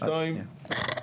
שתיים,